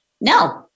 no